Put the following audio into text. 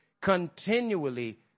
continually